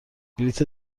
بلیت